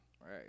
Right